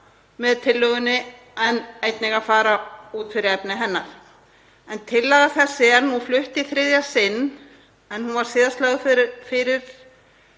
með tillögunni en einnig að fara út fyrir efni hennar. Tillaga þessi er nú flutt í þriðja sinn en hún var síðast lögð fram